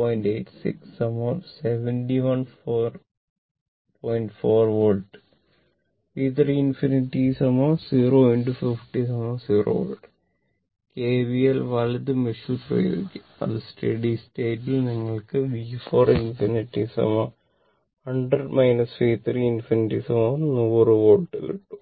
4 volt V 3 ∞ 0 50 0 volt KVL വലത് മെഷിൽ പ്രയോഗിക്കുക അത് സ്റ്റഡി സ്റ്റേറ്റിൽ നിങ്ങൾക്ക് V 4 ∞ 100 V 3 ∞ 100 വോൾട്ട് കിട്ടും